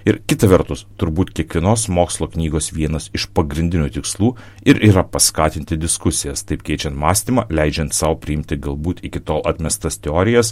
ir kita vertus turbūt kiekvienos mokslo knygos vienas iš pagrindinių tikslų ir yra paskatinti diskusijas taip keičiant mąstymą leidžiant sau priimti galbūt iki tol atmestas teorijas